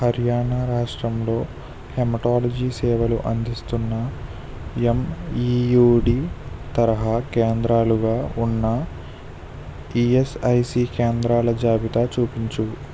హర్యానా రాష్ట్రంలో హెమటాలజీ సేవలు అందిస్తున్న ఎంఈయుడి తరహా కేంద్రాలుగా ఉన్న ఈయస్ఐసి కేంద్రాల జాబితా చూపించు